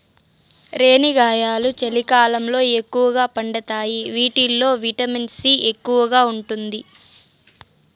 రేణిగాయాలు చలికాలంలో ఎక్కువగా పండుతాయి వీటిల్లో విటమిన్ సి ఎక్కువగా ఉంటాది